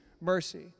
mercy